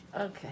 Okay